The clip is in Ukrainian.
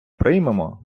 приймемо